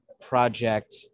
project